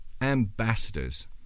ambassadors